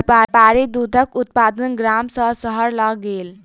व्यापारी दूधक उत्पाद गाम सॅ शहर लय गेल